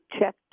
check